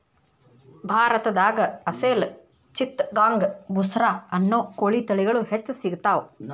ಭಾರತದಾಗ ಅಸೇಲ್ ಚಿತ್ತಗಾಂಗ್ ಬುಸ್ರಾ ಅನ್ನೋ ಕೋಳಿ ತಳಿಗಳು ಹೆಚ್ಚ್ ಸಿಗತಾವ